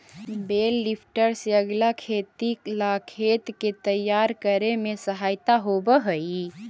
बेल lifter से अगीला खेती ला खेत के तैयार करे में सहायता होवऽ हई